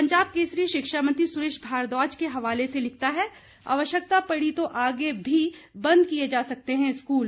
पंजाब केसरी शिक्षा मंत्री सुरेश भारद्वाज के हवाले से लिखता है आवश्यकता पड़ी तो आगे भी बंद किए जा सकते हैं स्कूल